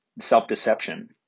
self-deception